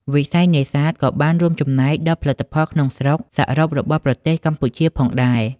វិស័យនេសាទក៏បានរួមចំណែកដល់ផលិតផលក្នុងស្រុកសរុបរបស់ប្រទេសកម្ពុជាផងដែរ។